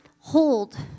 hold